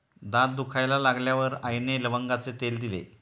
दात दुखायला लागल्यावर आईने लवंगाचे तेल दिले